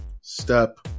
step